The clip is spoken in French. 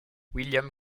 william